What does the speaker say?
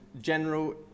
general